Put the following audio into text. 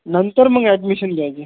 नंतर मग ऍडमिशन घ्यायची